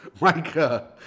Micah